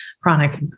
chronic